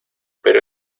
pero